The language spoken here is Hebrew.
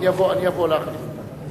אני אבוא להחליף אותך.